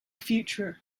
future